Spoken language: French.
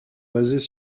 basées